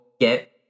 get